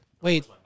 Wait